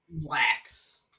lax